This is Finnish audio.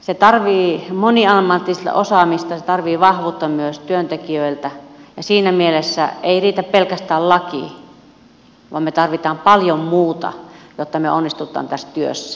siinä tarvitaan moniammatillista osaamista siinä tarvitaan vahvuutta myös työntekijöiltä ja siinä mielessä ei riitä pelkästään laki vaan me tarvitsemme paljon muuta jotta me onnistumme tässä työssä